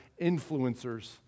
influencers